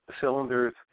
cylinders